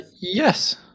Yes